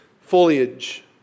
foliage